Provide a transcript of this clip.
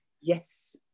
Yes